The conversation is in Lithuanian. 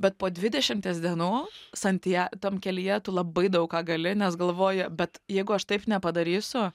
bet po dvidešimties dienų santja tam kelyje tu labai daug ką gali nes galvoji bet jeigu aš taip nepadarysiu